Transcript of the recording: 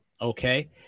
okay